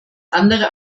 andere